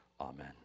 Amen